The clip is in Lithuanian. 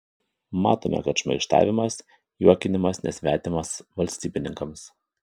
matome kad šmaikštavimas juokinimas nesvetimas valstybininkams